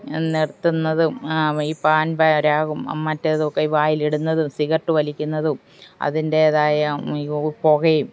നിർത്തുന്നതും ഈ പാൻപരാഗും മറ്റേതൊക്കെ വായിലിടുന്നതും സിഗറട്ട് വലിക്കുന്നതും അതിൻറ്റേതായ ഈ പുകയും